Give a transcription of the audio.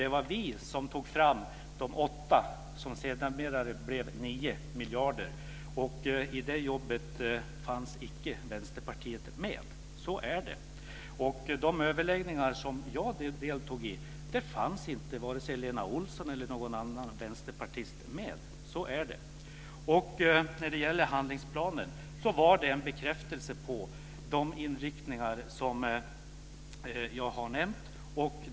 Det var vi som tog fram de 8, som sedermera blev 9, miljarderna. I det jobbet fanns icke Vänsterpartiet med. Så är det. I de överläggningar som jag deltog i fanns inte vare sig Lena Olsson eller någon annan vänsterpartist med. Så är det. Handlingsplanen var en bekräftelse på de inriktningar som jag har nämnt.